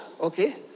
okay